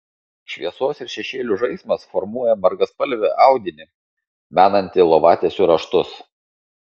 šviesos ir šešėlių žaismas formuoja margaspalvį audinį menantį lovatiesių raštus